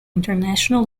international